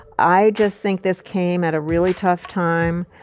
i just think this came at a really tough time.